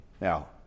Now